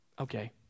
okay